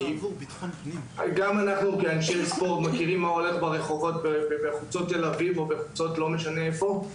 גם אנחנו כאנשי ספורט מכירים מה קורה בחוצות תל אביב ובערים אחרות,